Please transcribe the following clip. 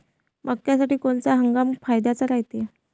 मक्क्यासाठी कोनचा हंगाम फायद्याचा रायते?